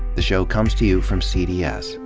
the show comes to you from cds,